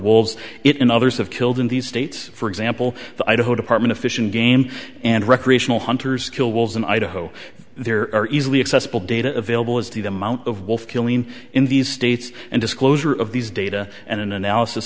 it in others have killed in these states for example the idaho department of fish and game and recreational hunters kill wolves in idaho there are easily accessible data available as to the amount of wolf killing in these states and disclosure of these data and an analysis